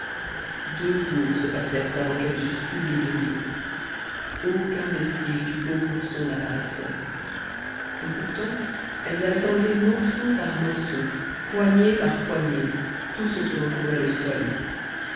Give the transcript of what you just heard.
deux jours se passèrent avant qu'elles eussent tout déblayé aucun vestige du pauvre ourson n'apparaissait et pourtant elles avaient enlevé morceau par morceau poignée par poignée tout ce qui recouvrait le sol